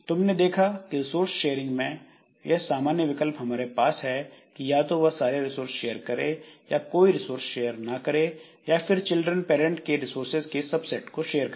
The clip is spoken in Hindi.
तुमने देखा कि रिसोर्स शेयरिंग मैं यह सामान्य विकल्प हमारे पास हैं कि या तो वह सारे रिसोर्स शेयर करें या कोई रिसोर्स शेयर ना करें या फिर चिल्ड्रन पेरेंट्स के रिसोर्सेज के सब सेट को शेयर करें